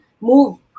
move